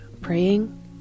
praying